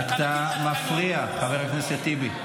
אתה מכיר את התקנון.